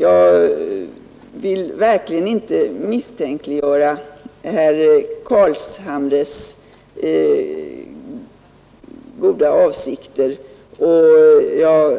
Jag vill verkligen inte misstänkliggöra herr Carlshamres goda avsikter, och jag